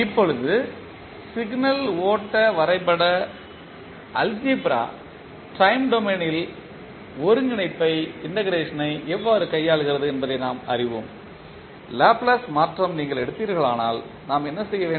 இப்பொழுது சிக்னல் ஓட்ட வரைபட அல்ஜிப்ரா டைம் டொமைனில் ஒருங்கிணைப்பை கையாளுகிறது என்பதை நாம் அறிவோம் லாப்லேஸ் மாற்றம் நீங்கள் எடுத்தீர்களானால் நாம் என்ன செய்ய வேண்டும்